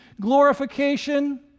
glorification